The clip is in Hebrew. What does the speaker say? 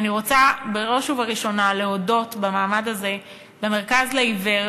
אני רוצה בראש ובראשונה להודות במעמד הזה למרכז לעיוור